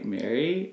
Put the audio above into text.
Mary